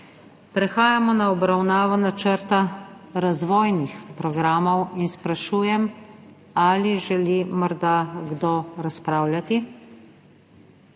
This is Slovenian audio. Prehajamo na obravnavo načrta razvojnih programov in sprašujem, ali želi morda kdo razpravljati.